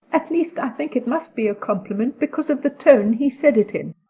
at least i think it must be a compliment because of the tone he said it in.